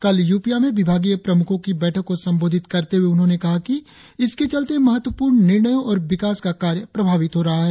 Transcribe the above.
कल यूपिया में विभागीय प्रमुखो की बैठक को संबोधित करते हुए उन्होंने कहा कि इसके चलते महत्वपूर्ण निर्णयों और विकास का कार्य प्रभावित हो रहा है